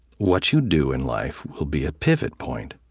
what you do in life will be a pivot point.